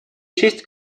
честь